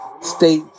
State